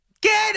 Get